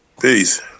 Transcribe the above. Peace